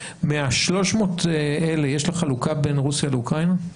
מה-300 האלה יש לך חלוקה בין רוסיה לאוקראינה?